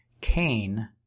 Cain